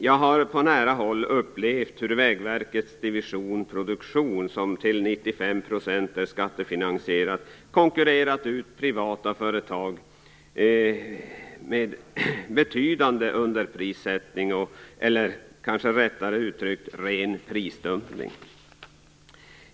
Jag har på nära håll upplevt att Vägverkets division Produktion, som till 95 % är skattefinansierad, konkurrerat ut privata företag med en betydande underprissättning eller - det är kanske riktigare uttryckt - med ren prisdumpning.